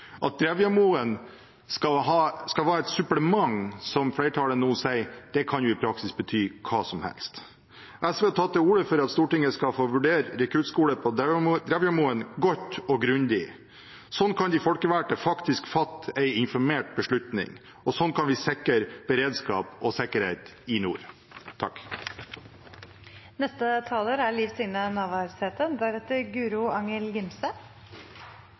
At Drevjamoen skal være et «supplement», som flertallet nå sier, kan i praksis bety hva som helst. SV har tatt til orde for at Stortinget skal få vurdere rekruttskole på Drevjamoen godt og grundig. Slik kan de folkevalgte faktisk fatte en informert beslutning, og slik vi kan sikre beredskap og sikkerhet i nord.